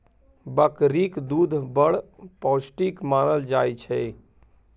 बकरीक दुध बड़ पौष्टिक मानल जाइ छै